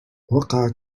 وقعت